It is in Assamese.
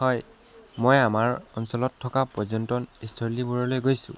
হয় মই আমাৰ অঞ্চলত থকা পৰ্যটনস্থলীবোৰলৈ গৈছোঁ